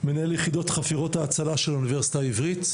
מנהל יחידת חפירות ההצלה של האוניברסיטה העברית.